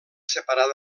separar